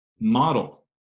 model